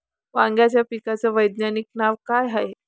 वांग्याच्या पिकाचं वैज्ञानिक नाव का हाये?